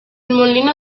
molino